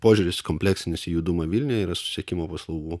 požiūris kompleksinis į judumą vilniuje yra susisiekimo paslaugų